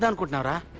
um koteshwara